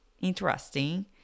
interesting